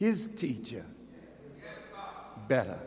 his teacher better